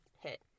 hit